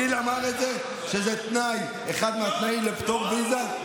גיל אמר את זה שזה תנאי, אחד התנאים לפטור ויזה?